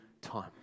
time